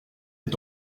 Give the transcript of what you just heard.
est